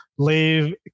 leave